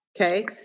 Okay